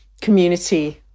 community